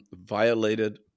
violated